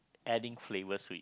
adding flavours to it